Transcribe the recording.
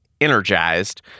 energized